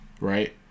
Right